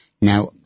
Now